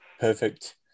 perfect